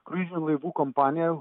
kruizinių laivų kompanija